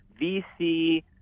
VC